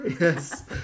Yes